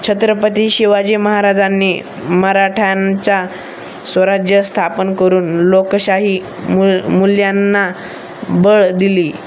छत्रपती शिवाजी महाराजांनी मराठ्यांचा स्वराज्य स्थापन करून लोकशाही मु मूल्यांंना बळ दिली